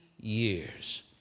years